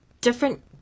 different